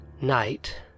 night